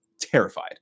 terrified